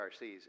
RCs